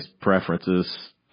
preferences